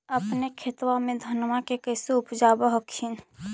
अपने खेतबा मे धन्मा के कैसे उपजाब हखिन?